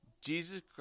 Jesus